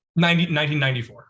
1994